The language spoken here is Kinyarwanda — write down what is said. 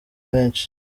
benshi